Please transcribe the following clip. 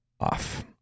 off